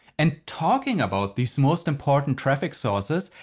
and talking about these most important traffic sources,